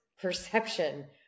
perception